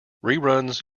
reruns